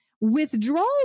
withdrawals